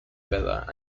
bela